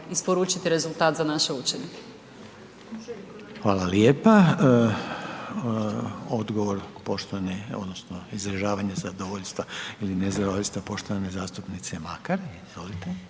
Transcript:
isporučiti rezultat za naše učenike. **Reiner, Željko (HDZ)** Hvala lijepa. Odgovor poštovane odnosno izražavanje zadovoljstva odnosno nezadovoljstva poštovane zastupnice Makar,